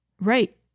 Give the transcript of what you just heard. Right